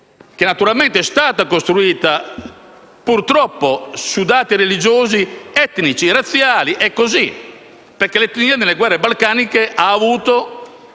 che è stata costruita, purtroppo, su dati religiosi, etnici, razziali: è così, perché l'etnia nelle guerre balcaniche ha avuto